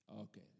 Okay